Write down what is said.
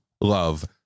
love